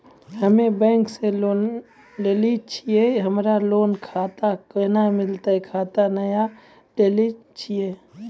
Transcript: हम्मे बैंक से लोन लेली छियै हमरा लोन खाता कैना मिलतै खाता नैय लैलै छियै?